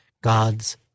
God's